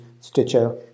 Stitcher